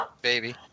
baby